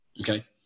okay